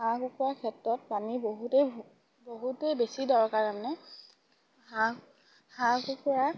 হাঁহ কুকুৰা ক্ষেত্ৰত পানী বহুতেই বহুতেই বেছি দৰকাৰ মানে হাঁহ হাঁহ কুকুৰা